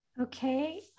Okay